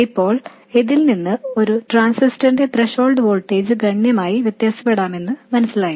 ഇപ്പോൾ ഇതില് നിന്ന് ഒരു ട്രാൻസിസ്റ്ററിന്റെ ത്രെഷോൾഡ് വോൾട്ടേജ് ഗണ്യമായി വ്യത്യാസപ്പെടാമെന്ന് മനസിലായി